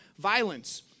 violence